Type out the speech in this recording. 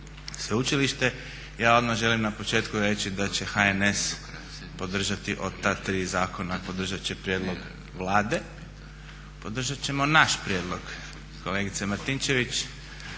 sveučilište. Ja odmah želim na početku reći da će HNS podržati od ta tri zakona, podržat će prijedlog Vlade, podržat ćemo naš prijedlog kolegice Martinčević.